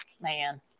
man